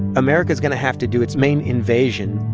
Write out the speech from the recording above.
america is going to have to do its main invasion